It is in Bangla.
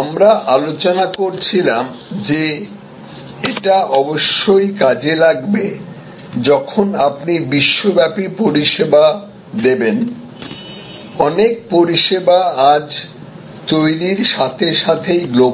আমরা আলোচনা করছিলাম যে এটা অবশ্যই কাজে লাগবে যখন আপনি বিশ্বব্যাপী পরিষেবা দেবেন অনেক পরিষেবা আজ তৈরির সাথে সাথেই গ্লোবাল